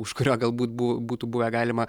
už kurio galbūt bū būtų buvę galima